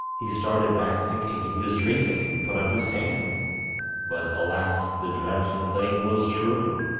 he started back thinking he was dreaming, and put up his hand but, alas! the dreadful thing was true.